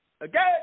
again